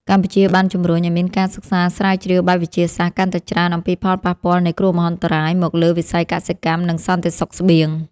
កម្ពុជាបានជំរុញឱ្យមានការសិក្សាស្រាវជ្រាវបែបវិទ្យាសាស្ត្រកាន់តែច្រើន អំពីផលប៉ះពាល់នៃគ្រោះមហន្តរាយមកលើវិស័យកសិកម្ម និងសន្តិសុខស្បៀងជាតិ។